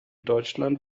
deutschland